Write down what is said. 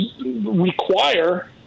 require